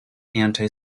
anti